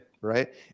right